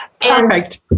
Perfect